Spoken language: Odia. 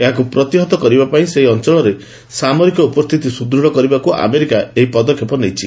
ଏହାକୁ ପ୍ରତିହତ କରିବା ପାଇଁ ସେହି ଅଞ୍ଚଳରେ ସାମରିକ ଉପସ୍ଥିତି ସୁଦୃଢ଼ କରିବାକୁ ଆମେରିକା ଏହି ପଦକ୍ଷେପ ନେଇଛି